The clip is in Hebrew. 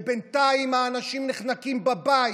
ובינתיים האנשים נחנקים בבית,